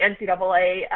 NCAA